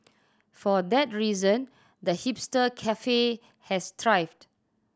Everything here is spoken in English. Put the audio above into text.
for that reason the hipster cafe has thrived